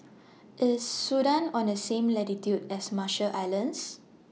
IS Sudan on The same latitude as Marshall Islands